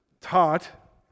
taught